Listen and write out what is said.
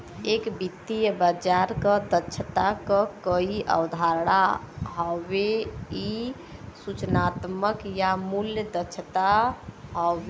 एक वित्तीय बाजार क दक्षता क कई अवधारणा हउवे इ सूचनात्मक या मूल्य दक्षता हउवे